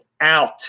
out